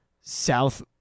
South